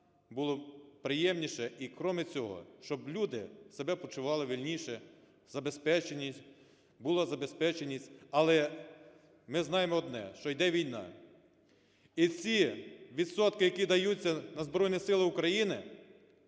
було приємніше, і крім цього, щоб люди себе почували вільніше, забезпеченіше, була забезпеченість. Але ми знаємо одне, що йде війна, і всі відсотки, які даються на Збройні Сили України,